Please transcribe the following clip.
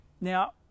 now